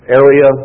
area